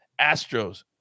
Astros